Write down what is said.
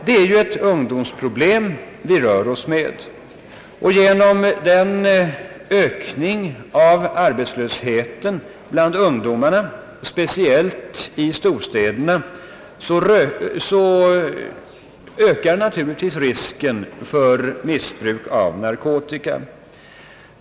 Det är ju ett ungdomsproblem vi rör oss med. Genom ökningen av arbetslösheten bland ungdomarna, speciellt i storstäderna, ökar naturligtvis risken för missbruk av narkotika.